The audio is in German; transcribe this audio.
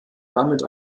damit